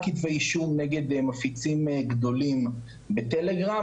כתבי אישום נגד מפיצים גדולים בטלגרם.